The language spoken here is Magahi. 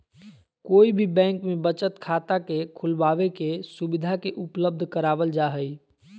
कोई भी बैंक में बचत खाता के खुलबाबे के सुविधा के उपलब्ध करावल जा हई